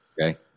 Okay